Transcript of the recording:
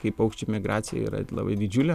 kai paukščių migracija yra labai didžiulė